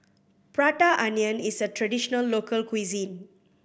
Prata Onion is a traditional local cuisine